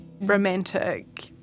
romantic